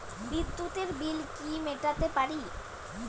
বিদ্যুতের বিল কি মেটাতে পারি?